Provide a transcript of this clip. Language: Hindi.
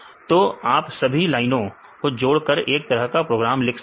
तो आप सभी लाइनों को जोड़कर एक तरह का प्रोग्राम लिख सकते हैं